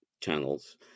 channels